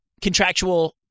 contractual